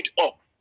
up